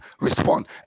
respond